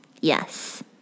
Yes